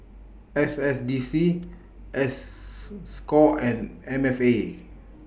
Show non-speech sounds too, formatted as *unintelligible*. S S D C S *unintelligible* SCORE and M F A